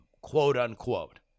quote-unquote